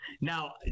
Now